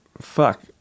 fuck